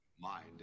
mind